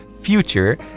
future